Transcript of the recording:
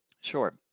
Sure